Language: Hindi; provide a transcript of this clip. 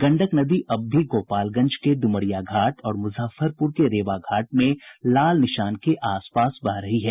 गंडक नदी अब भी गोपालगंज के ड्मरिया घाट और मुजफ्फरपुर के रेवा घाट में खतरे के निशान के आसपास बह रही है